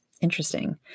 interesting